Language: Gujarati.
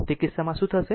તે કિસ્સામાં શું થશે